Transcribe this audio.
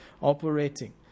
operating